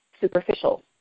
superficial